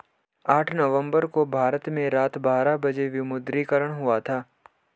आठ नवम्बर को भारत में रात बारह बजे विमुद्रीकरण हुआ था